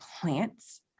plants